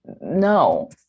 no